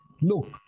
Look